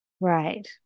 Right